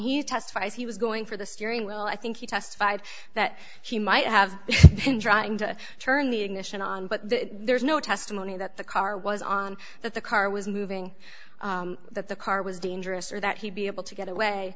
testifies he was going for the steering wheel i think he testified that she might have been trying to turn the ignition on but there's no testimony that the car was on that the car was moving that the car was dangerous or that he'd be able to get away